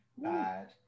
bad